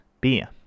beer